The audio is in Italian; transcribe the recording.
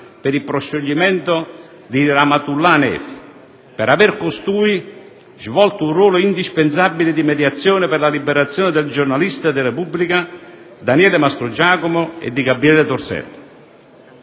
per il proscioglimento di Rahmatullah Hanefi, per aver costui svolto un ruolo indispensabile di mediazione per la liberazione del giornalista de «la Repubblica», Daniele Mastrogiacomo, e di Gabriele Torsello.